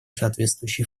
соответствующие